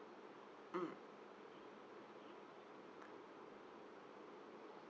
mm